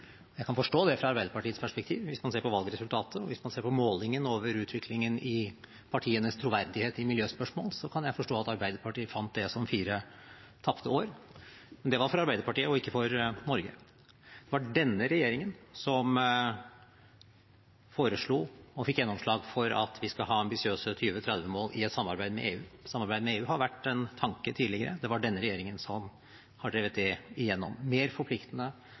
Jeg kan forstå det, sett fra Arbeiderpartiets perspektiv. Hvis man ser på valgresultatet, og hvis man ser på målingen over utviklingen i partienes troverdighet i miljøspørsmål, kan jeg forstå at Arbeiderpartiet ser det som fire tapte år. Men det var for Arbeiderpartiet og ikke for Norge. Det var denne regjeringen som foreslo, og fikk gjennomslag for, at vi skal ha ambisiøse 2030-mål i et samarbeid med EU. Samarbeidet med EU har tidligere vært en tanke – denne regjeringen har drevet det igjennom, mer forpliktende,